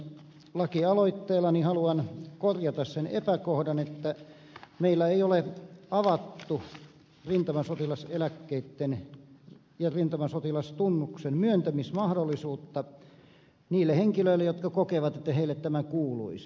lakialoitteellani haluan korjata sen epäkohdan että meillä ei ole avattu rintamasotilaseläkkeitten ja rintamasotilastunnuksen myöntämismahdollisuutta niille henkilöille jotka kokevat että heille tämä kuuluisi